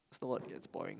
snowboard gets boring